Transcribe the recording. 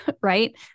right